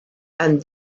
and